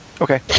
Okay